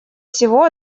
всего